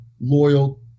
loyal